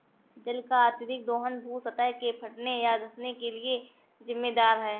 जल का अत्यधिक दोहन भू सतह के फटने या धँसने के लिये जिम्मेदार है